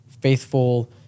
faithful